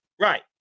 Right